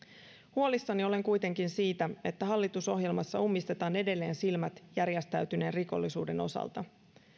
huolissani olen kuitenkin siitä että hallitusohjelmassa ummistetaan edelleen silmät järjestäytyneen rikollisuuden osalta kun